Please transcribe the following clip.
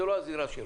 זו לא הזירה שלו.